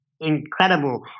incredible